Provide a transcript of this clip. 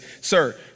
Sir